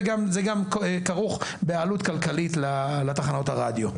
זה גם כרוך בעלות כלכלית לתחנות הרדיו.